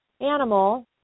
animal